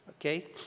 Okay